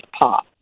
pop